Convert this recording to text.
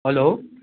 hello